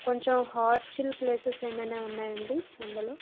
కొంచెం hot chill places ఏమన్నా ఉన్నాయండి అందులో